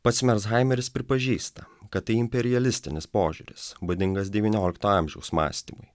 pats mershaimeris pripažįsta kad tai imperialistinis požiūris būdingas devyniolikto amžiaus mąstymui